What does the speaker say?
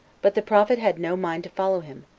but the prophet had no mind to follow him,